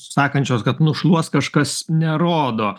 sakančios kad nušluos kažkas nerodo